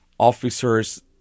Officers